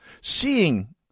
seeing